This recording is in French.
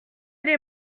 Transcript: les